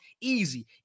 easy